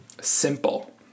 simple